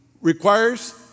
requires